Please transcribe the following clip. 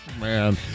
man